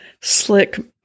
slick